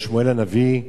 רחוב שמואל-הנביא,